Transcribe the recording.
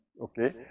okay